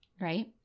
right